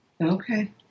Okay